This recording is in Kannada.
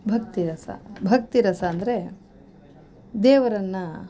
ಭಕ್ತಿರಸ ಭಕ್ತಿರಸ ಅಂದರೆ ದೇವರನ್ನ